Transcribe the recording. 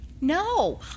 No